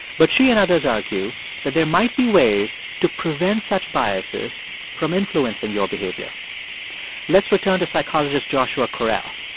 but she and others argue that there might be ways to prevent such biases from influencing your behavior let's return to psychologist joshua correll.